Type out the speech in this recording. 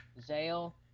Zale